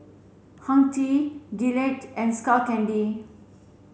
Hang Ten Gillette and Skull Candy